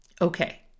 Okay